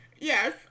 Yes